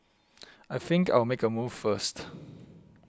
I think I'll make a move first